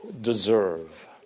deserve